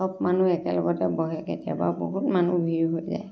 চব মানুহ একে লগতে বহে কেতিয়াবা বহুত মানুহ ভিৰ হৈ যায়